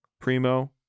Primo